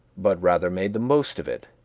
but rather made the most of it,